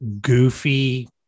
goofy